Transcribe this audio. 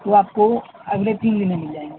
وہ آپ کو اگلے تین دِن میں مِل جائیں گے